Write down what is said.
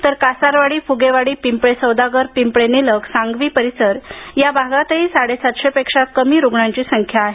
तर कासारवाडी फुगेवाडी पिंपळे सौदागर पिंपळे निलख सांगवी परिसर या भागातही साडेसातशे पेक्षा कमी सक्रिय रुग्णांची संख्या आहे